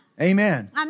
Amen